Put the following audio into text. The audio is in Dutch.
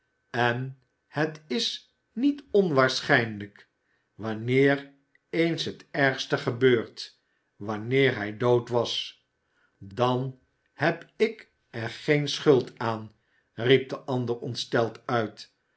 en het is niet onwaarschijnlijk wanneer eens het ergste gebeurd wanneer hij dood was dan heb ik er geen schuld aan riep de ander ontsteld uit